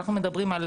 כשאנחנו מדברים על